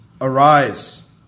Arise